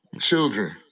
children